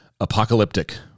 Apocalyptic